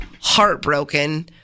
heartbroken